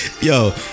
Yo